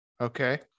Okay